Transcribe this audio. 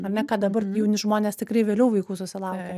ar ne ką dabar jauni žmonės tikrai vėliau vaikų susilaukia